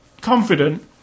confident